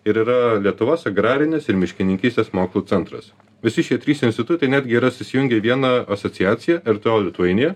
ir yra lietuvos agrarinės ir miškininkystės mokslų centras visi šie trys institutai netgi yra susijungę į vieną asociaciją rto litueinija